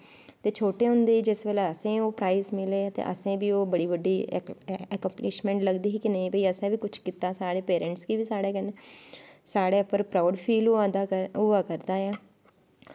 ते छोटे होंदे जिसलेै असें ओह् प्राईज़ मिले ते असें ओह् इक बड़ी बड्डी ऐकम्पलिशमैंट लगदी ही नेंई असें बी कुछ कीता ऐ साढ़े पेरैंटस गी बी साढ़े कन्नै साढ़े पर प्राऊड़ फील होआ करदा ऐ